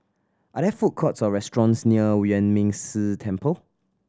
are there food courts or restaurants near Yuan Ming Si Temple